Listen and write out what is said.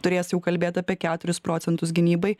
turės jau kalbėt apie keturis procentus gynybai